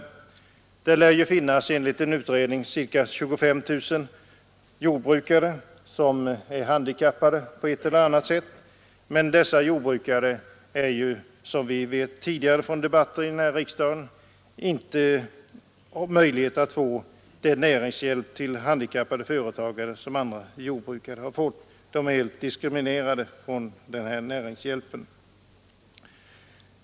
Enligt en utredning lär det finnas ca 25 000 jordbrukare som är handikappade på ett eller annat sätt, men som vi vet från tidigare debatter här i riksdagen har de ingen möjlighet att få den näringshjälp som andra handikappade företagare kan få. De är diskriminerade därvidlag.